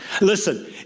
Listen